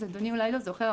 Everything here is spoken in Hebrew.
אז אדוני אולי לא זוכר,